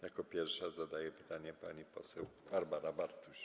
Jako pierwsza zadaje pytanie pani poseł Barbara Bartuś.